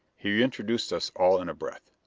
he introduced us all in a breath.